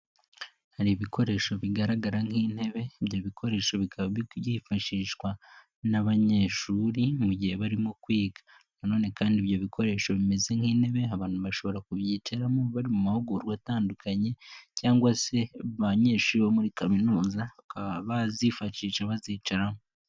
Hari ibikoresho bigaragara nk'intebe, ibyo bikoresho bikaba byifashishwa n'abanyeshuri mu gihe barimo kwiga na none kandi ibyo bikoresho bimeze nk'intebe abantu bashobora kubyicaramo bari mu mahugurwa atandukanye cyangwa se abanyeshuri bo muri kaminuza bakaba bazifashisha bazicaramo.